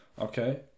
Okay